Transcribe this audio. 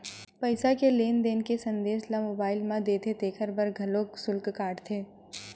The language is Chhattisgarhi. पईसा के लेन देन के संदेस ल मोबईल म देथे तेखर बर घलोक सुल्क काटथे